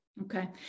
Okay